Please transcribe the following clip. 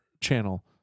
Channel